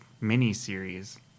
mini-series